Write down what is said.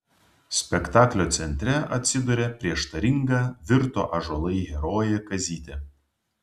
spektaklio centre atsiduria prieštaringa virto ąžuolai herojė kazytė